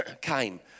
came